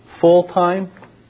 full-time